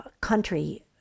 country